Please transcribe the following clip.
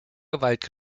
gewalt